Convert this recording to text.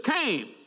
came